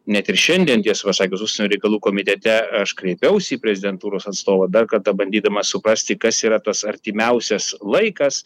net ir šiandien tiesą pasakius užsienio reikalų komitete aš kreipiausi į prezidentūros atstovą dar kartą bandydamas suprasti kas yra tas artimiausias laikas